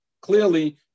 clearly